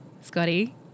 Scotty